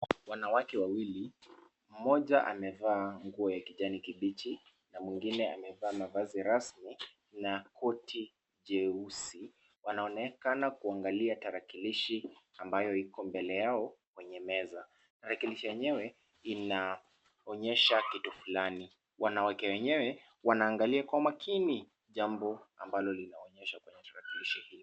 Wanawake wawili, mmoja amevaa nguo ya kijani kibichi, na mwingine amevaa mavazi rasmi na koti jeusi, wanaonekana kuangalia tarakilishi ambayo iko mbele yao kwenye meza. Tarakilishi yenyewe inaonyesha kitu fulani, wanawake wenyewe wanaangalia kwa makini jambo ambalo linaonyesha kwenye tarakilishi hiyo